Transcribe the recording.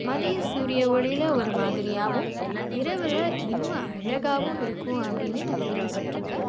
மதிய சூரிய ஒளியில் ஒரு மாதிரியாகவும் இரவில் இன்னும் அழகாகவும் இருக்கும் அப்படினு நான் கேள்விப்பட்டிருக்கேன்